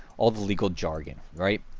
all the legal jargon, right?